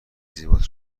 زیبایت